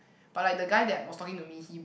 but like the guy that was talking to me he